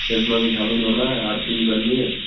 में भी शामिल होना है आरती भी करनी है